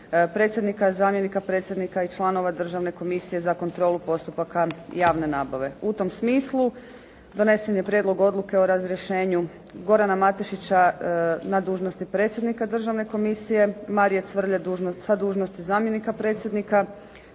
predsjednika, zamjenika predsjednika i članova Državne komisije za kontrolu postupaka javne nabave. U tom smislu donesen je prijedlog odluke o razrješenju Gorana Matešića na dužnosti predsjednika Državne komisije, Marije Cvrlje sa dužnosti zamjenika predsjednika